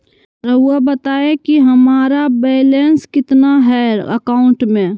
रहुआ बताएं कि हमारा बैलेंस कितना है अकाउंट में?